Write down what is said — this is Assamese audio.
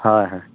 হয় হয়